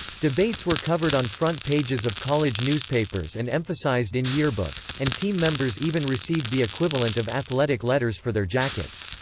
debates were covered on front pages of college newspapers and emphasized in yearbooks, and team members even received the equivalent of athletic letters for their jackets.